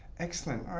excellent.